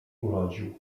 urodził